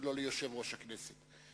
ולא ליושב-ראש הכנסת,